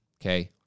Okay